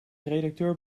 redacteur